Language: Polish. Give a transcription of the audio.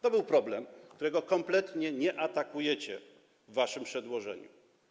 To był problem, którego kompletnie nie atakujecie w waszym przedłożeniu.